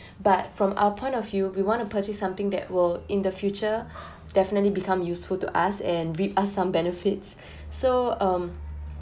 but from our point of view we want to purchase something that will in the future definitely become useful to us and give us some benefits so um